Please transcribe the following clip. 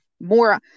more